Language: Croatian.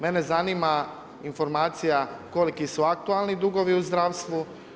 Mene zanima informacija koliki su aktualni dugovi u zdravstvu?